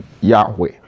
Yahweh